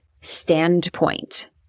standpoint